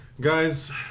guys